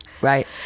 Right